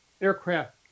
aircraft